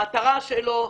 המטרה שלו,